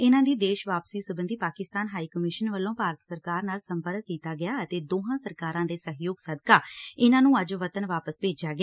ਇਨੂਾਂ ਦੀ ਦੇਸ਼ ਵਾਪਸੀ ਸਬੰਧੀ ਪਾਕਿਸਤਾਨ ਹਾਈ ਕਮਿਸ਼ਨ ਵੱਲੋਂ ਭਾਰਤ ਸਰਕਾਰ ਨਾਲ ਸੰਪਰਕ ਕੀਤਾ ਗਿਆ ਅਤੇ ਦੋਹਾਂ ਸਰਕਾਰਾਂ ਦੇ ਸਹਿਯੋਗ ਸਦਕਾ ਇਨੂਾਂ ਨੂੰ ਅੱਜ ਵਤਨ ਵਾਪਸ ਭੇਜਿਆ ਗਿਆ